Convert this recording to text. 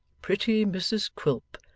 pretty mrs quilp,